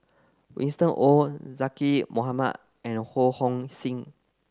Winston Oh Zaqy Mohamad and Ho Hong Sing